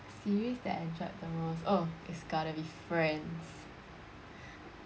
series that I enjoyed the most oh it's gotta be friends